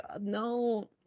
no